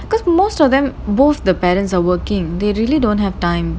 because most of them both the parents are working they really don't have time